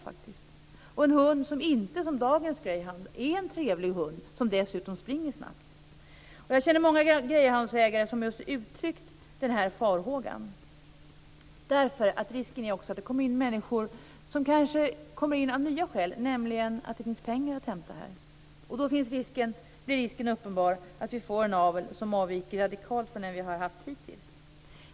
Man får en hund som inte är som dagens greyhound - som är en trevlig hund som dessutom springer snabbt. Jag känner många greyhoundägare som just har uttryckt den här farhågan. Risken är också att det kommer in människor av nya skäl, nämligen att det finns pengar att hämta. Då är risken uppenbar att vi får en avel som avviker radikalt från den vi har haft hittills.